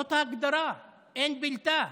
זאת ההגדרה, אין בלתה.